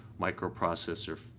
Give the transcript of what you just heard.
Microprocessor